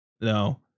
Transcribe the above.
no